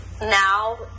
Now